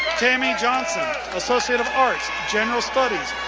tammy johnson, associate of arts, general studies,